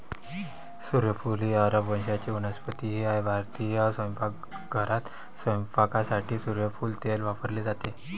सूर्यफूल ही अरब वंशाची वनस्पती आहे भारतीय स्वयंपाकघरात स्वयंपाकासाठी सूर्यफूल तेल वापरले जाते